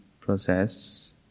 process